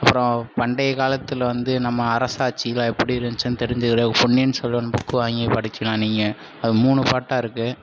அப்புறம் பண்டைய காலத்தில் வந்து நம்ம அரசு ஆட்சியெலாம் எப்படி இருந்துச்சுனு தெரிஞ்சுக்குற பொன்னியின் செல்வன் புக்கு வாங்கி படிக்கலாம் நீங்கள் அது மூணு பார்ட்டாக இருக்குது